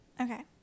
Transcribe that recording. Okay